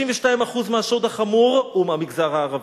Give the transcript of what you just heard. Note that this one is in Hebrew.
52% מהשוד החמור הוא מהמגזר הערבי,